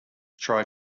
try